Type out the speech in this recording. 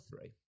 three